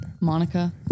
Monica